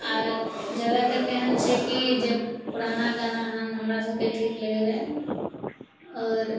आओर जादा करिके एहन छै कि जे पुराना गाना हँ हमरा सभके ठीक लागै रहै आओर